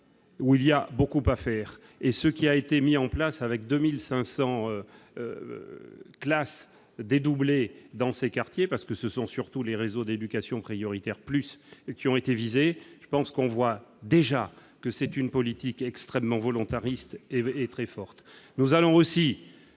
Où il y a beaucoup à faire et ce qui a été mis en place avec 2500 classes dédoublées dans ces quartiers, parce que ce sont surtout les réseaux d'éducation prioritaire plus et qui ont été visés, je pense qu'on voit déjà que c'est une politique extrêmement volontariste et est très forte, nous allons aussi